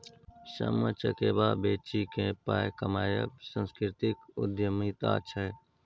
सामा चकेबा बेचिकेँ पाय कमायब सांस्कृतिक उद्यमिता छै